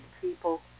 people